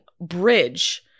bridge